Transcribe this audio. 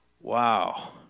Wow